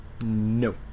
No